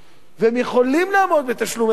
והם יכולים לעמוד בתשלומי המשכנתה.